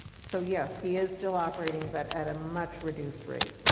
so, yes, he is still operating but at a much reduced rate.